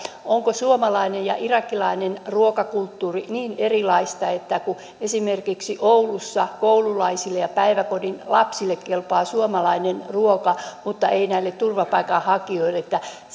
onko suomalainen ja irakilainen ruokakulttuuri niin erilaista että esimerkiksi oulussa koululaisille ja päiväkodin lapsille kelpaa suomalainen ruoka mutta ei näille turvapaikanhakijoille